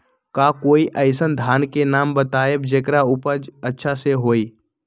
का कोई अइसन धान के नाम बताएब जेकर उपज अच्छा से होय?